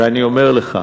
ואני אומר לך,